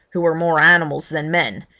who were more animals than men,